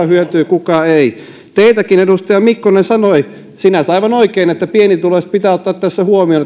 hyötyy kuka ei teiltäkin edustaja mikkonen sanoi sinänsä aivan oikein että pienituloiset pitää ottaa tässä huomioon